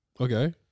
Okay